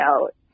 out